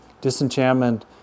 Disenchantment